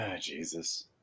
Jesus